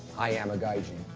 i am a gaijin,